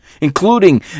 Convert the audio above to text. including